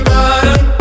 Bottom